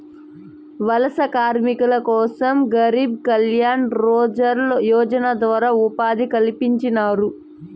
వలస కార్మికుల కోసం గరీబ్ కళ్యాణ్ రోజ్గార్ యోజన ద్వారా ఉపాధి కల్పించినారు